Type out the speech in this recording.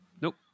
Nope